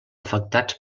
afectats